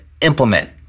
implement